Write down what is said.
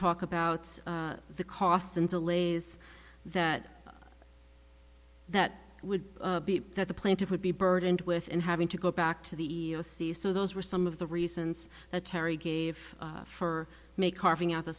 talk about the costs and delays that that would be that the plaintiff would be burdened with and having to go back to the e e o c so those were some of the reasons that terry gave for may carving out